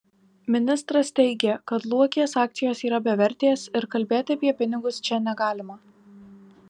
ministras teigė kad luokės akcijos yra bevertės ir kalbėti apie pinigus čia negalima